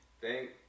Thank